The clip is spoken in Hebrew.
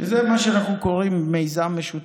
וזה מה שאנחנו קוראים מיזם משותף,